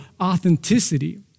authenticity